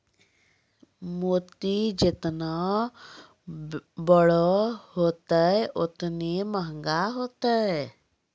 मोती जेतना बड़ो होतै, ओतने मंहगा होतै